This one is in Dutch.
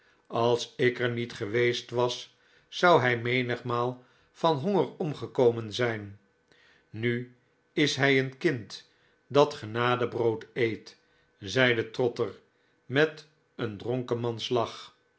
als ik er niet geweest was zou hij menig maal van honger omgekomen zijn nu is hij een kind dat genadebrood eet zeide trotter met een